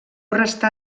restà